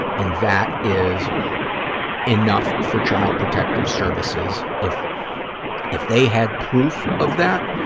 and that is enough for child protective services, if if they had proof of that,